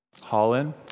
Holland